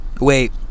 wait